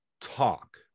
talk